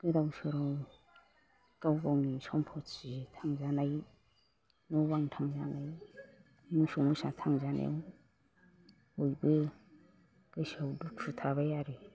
गोदाव सोराव गाव गावनि सम्फ'थि थांजानाय न' बां थांजानाय मोसौ मोसा थांजानायाव बयबो गोसोआव दुखु थाबाय आरो